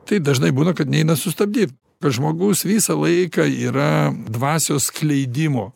tai dažnai būna kad neina sustabdyt kad žmogus visą laiką yra dvasios skleidimo